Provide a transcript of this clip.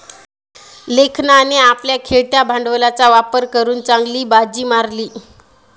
लखनने आपल्या खेळत्या भांडवलाचा वापर करून चांगली बाजी मारली